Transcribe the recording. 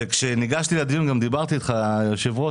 כשניגשתי לדיון גם דיברתי איתך, היושב-ראש.